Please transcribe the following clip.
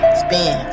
spin